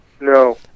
No